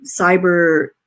cyber